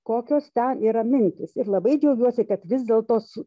kokios ten yra mintys ir labai džiaugiuosi kad vis dėlto su